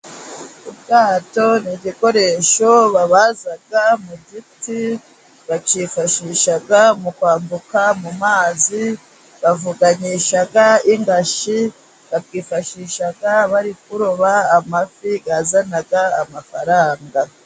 Ubwato ni igikoresho babaza mu giti, bacyifashisha mu kwambuka mu mazi bavuganyisha ingashyi, bacyifashisha bari kuroba amafi azana amafaranga.